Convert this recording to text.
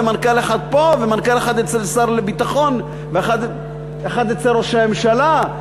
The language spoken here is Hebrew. מנכ"ל אחד פה ומנכ"ל אחד אצל שר הביטחון ואחד אצל ראש הממשלה.